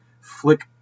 flick